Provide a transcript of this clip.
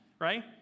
right